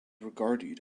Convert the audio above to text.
regarded